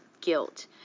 guilt